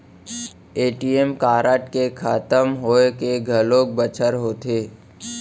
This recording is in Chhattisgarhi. ए.टी.एम कारड के खतम होए के घलोक बछर होथे